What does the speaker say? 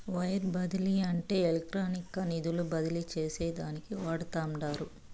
wire బదిలీ అంటే ఎలక్ట్రానిక్గా నిధులు బదిలీ చేసేదానికి వాడతండారు